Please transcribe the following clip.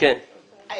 לא להורים.